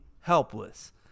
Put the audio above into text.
helpless